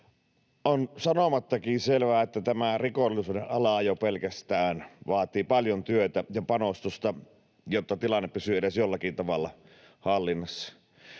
On sanomattakin selvää, että jo pelkästään tämä rikollisuudenala vaatii paljon työtä ja panostusta, jotta tilanne pysyy edes jollakin tavalla hallinnassa.